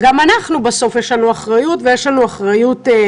גם לנו בסוף יש אחריות לציבור.